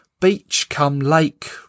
beach-come-lake